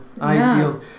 ideal